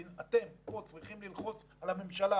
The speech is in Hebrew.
אתם פה צריכים ללחוץ על הממשלה